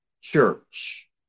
church